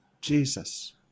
jesus